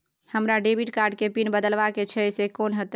हमरा debit card के PIN बदलवा के छै से कोन होतै?